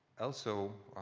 also,